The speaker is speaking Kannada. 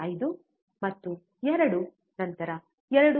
5 ಮತ್ತು 2 ನಂತರ 2